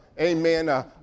Amen